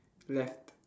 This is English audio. left